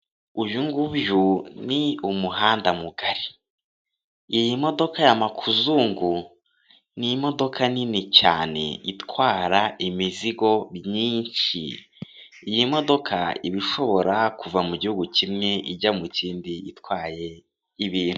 Uyu ngubu ni umuhanda mugari iyi modoka ya makuzungu ni imodoka nini cyane itwara imizigo myinshi iyi modoka iba ishobora kuva mu gihugu kimwe ijya mu kindi itwaye ibintu.